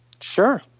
Sure